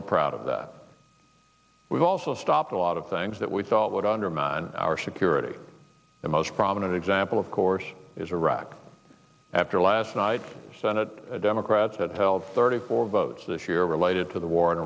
we're proud of that we've also stopped a lot of things that we thought would undermine our security the most prominent example of course is iraq after last night senate democrats had held thirty four votes this year related to the war in